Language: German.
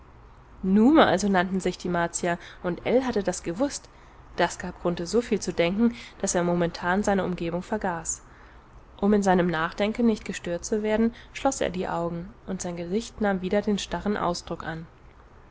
nume nume also nannten sich die martier und ell hatte das gewußt das gab grunthe soviel zu denken daß er momentan seine umgebung vergaß um in seinem nachdenken nicht gestört zu werden schloß er die augen und sein gesicht nahm wieder den starren ausdruck an